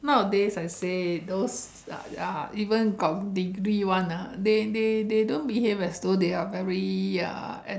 nowadays I say those uh uh even got degree [one] ah they they they don't behave as though they are very uh